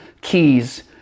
keys